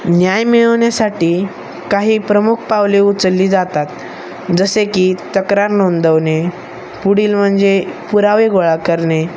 न्याय मिळवण्यासाठी काही प्रमुख पावले उचलली जातात जसे की तक्रार नोंदवणे पुढील म्हणजे पुरावे गोळा करणे